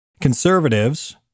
Conservatives